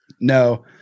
no